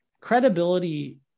credibility